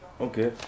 Okay